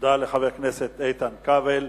תודה לחבר הכנסת איתן כבל.